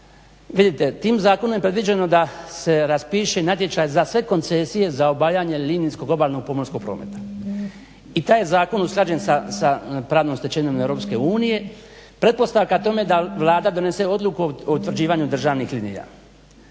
Vidite tim zakonom je predviđeno da se raspiše natječaj za sve koncesije za obavljanje linijskog obalnog pomorskog prometa i taj je zakon usklađen sa pravnom stečevinom EU. Pretpostavka tome da Vlada donese odluku o utvrđivanju državnih linija.